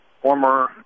former